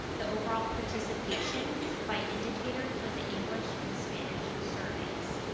the overall participation by indicator for the english and spanish surveys.